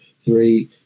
three